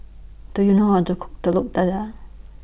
Do YOU know How to Cook Telur Dadah